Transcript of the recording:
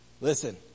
Listen